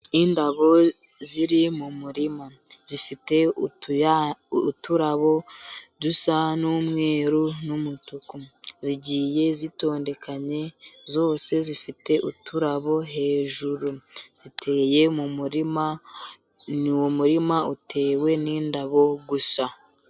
Indabo ziri mu murima zifite uturabo dusa n'umweru n'umutuku, zigiye zitondekanya zose zifite uturabo hejuru, ziteye mu murima ni umurima utewe n'indabo gusa.